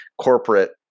corporate